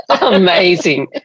amazing